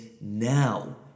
now